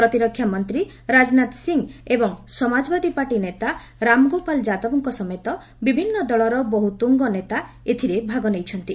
ପ୍ରତିରକ୍ଷା ମନ୍ତ୍ରୀ ରାଜନାଥ ସିଂ ଏବଂ ସମାଜବାଦୀ ପାର୍ଟି ନେତା ରାମ ଗୋପାଳ ଯାଦବଙ୍କ ସମେତ ବିଭିନ୍ନ ଦଳର ବହୁ ତୁଙ୍ଗ ନେତା ଏଥିରେ ଭାଗ ନେଇଛନ୍ତି